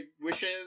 Wishes